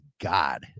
God